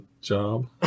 job